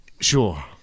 Sure